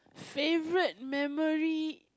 favourite memory